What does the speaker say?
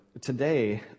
today